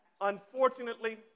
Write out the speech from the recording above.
Unfortunately